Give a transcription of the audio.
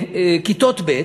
בכיתות ב',